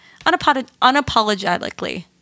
unapologetically